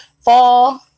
Fall